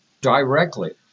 directly